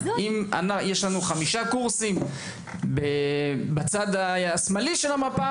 אם יש לנו חמישה קורסים בצד השמאלי של המפה,